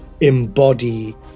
embody